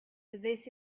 this